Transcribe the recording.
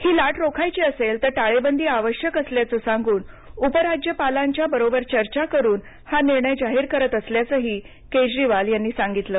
ही लाट रोखायची असेल तर टाळेबंदी आवश्यक असल्याचं सांगून उप राज्यपालांच्या बरोबर चर्चा करून हा निर्णय जाहीर करत असल्याचंही अरविंद केजरीवाल यांनी सांगितलं